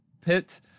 pit